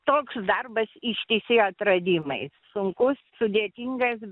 toks darbas ištisi atradimai sunkus sudėtingas